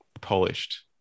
polished